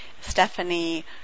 Stephanie